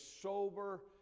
sober